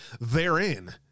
therein